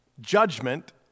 judgment